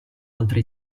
altri